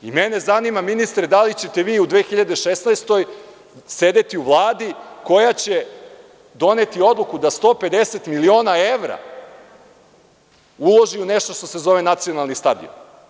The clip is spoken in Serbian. Mene zanima, ministre, da li ćete vi u 2016. godini sedeti u Vladi koja će doneti odluku da 150 miliona evra uloži u nešto što se zove nacionalni stadion?